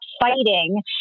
fighting